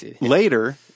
later